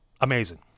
Amazing